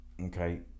okay